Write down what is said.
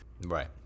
Right